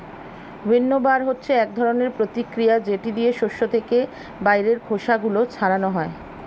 উইন্নবার হচ্ছে এক ধরনের প্রতিক্রিয়া যেটা দিয়ে শস্য থেকে বাইরের খোসা গুলো ছাড়ানো হয়